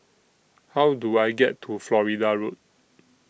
How Do I get to Florida Road